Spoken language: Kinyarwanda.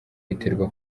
riterwa